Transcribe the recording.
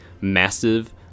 Massive